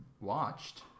watched